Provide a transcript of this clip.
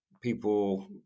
people